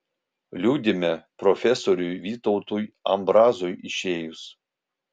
liūdime profesoriui vytautui ambrazui išėjus